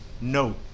No